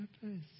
purpose